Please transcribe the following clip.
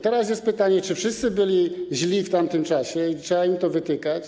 Teraz jest pytanie: Czy wszyscy byli źli w tamtym czasie i trzeba im to wytykać?